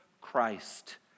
Christ